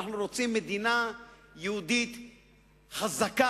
אנו רוצים מדינה יהודית חזקה,